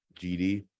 GD